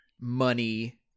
money